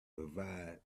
provide